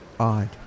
odd